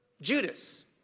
Judas